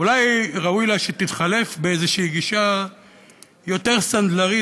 אולי ראוי לה שתתחלף באיזו גישה יותר סנדלרית,